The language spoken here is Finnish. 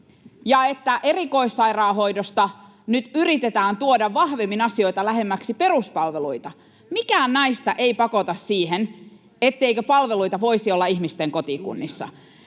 ja erikoissairaanhoidosta nyt yritetään tuoda vahvemmin asioita lähemmäksi peruspalveluita. Mikään näistä ei pakota siihen, etteikö palveluita voisi olla ihmisten kotikunnissa.